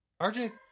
RJ